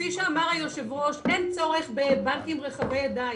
כפי שאמר היושב-ראש, אין צורך בבנקים רחבי ידיים.